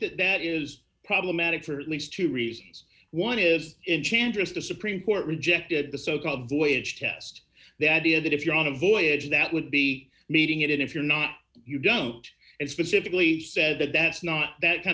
that that is problematic for at least two reasons one is it chandra's the supreme court rejected the so called voyage test the idea that if you're on a voyage that would be meeting it if you're not you don't it's pacifically said that that's not that kind